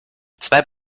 zwei